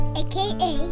aka